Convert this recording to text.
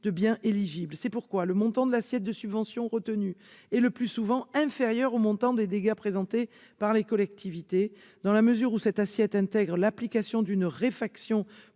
étant définie. C'est pourquoi le montant de l'assiette de subvention retenu est le plus souvent inférieur au montant des dégâts déclarés par les collectivités, dans la mesure où cette assiette intègre une réfaction